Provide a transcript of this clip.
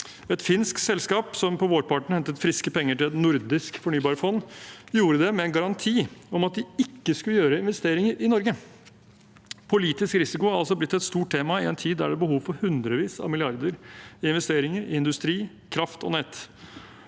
Et finsk selskap som på vårparten hentet friske penger til et nordisk fornybarfond, gjorde det med en garanti om at de ikke skulle gjøre investeringer i Norge. Politisk risiko har altså blitt et stort tema i en tid da det er behov for hundrevis av milliarder i investeringer i industri, kraft og nett.